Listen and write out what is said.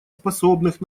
способных